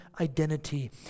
identity